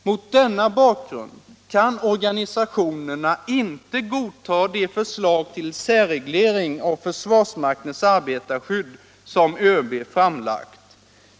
Mot denna bakgrund kan organisationerna inte godta de förslag till särreglering av försvarsmaktens arbetarskydd som ÖB framlagt.